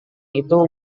itu